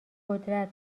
قدرت